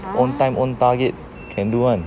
own time own target can do [one]